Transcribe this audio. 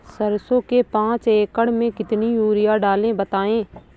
सरसो के पाँच एकड़ में कितनी यूरिया डालें बताएं?